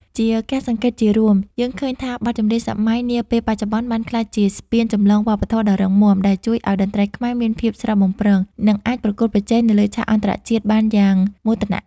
ជាការសង្កេតជារួម យើងឃើញថាបទចម្រៀងសម័យនាពេលបច្ចុប្បន្នបានក្លាយជាស្ពានចម្លងវប្បធម៌ដ៏រឹងមាំ ដែលជួយឱ្យតន្ត្រីខ្មែរមានភាពស្រស់បំព្រង និងអាចប្រកួតប្រជែងនៅលើឆាកអន្តរជាតិបានយ៉ាងមោទនៈ។